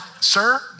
sir